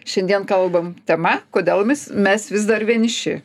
šiandien kalbam tema kodėl mes mes vis dar vieniši